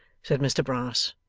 said mr brass,